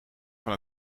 van